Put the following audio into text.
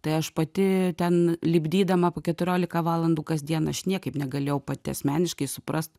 tai aš pati ten lipdydama po keturiolika valandų kasdien aš niekaip negalėjau pati asmeniškai suprast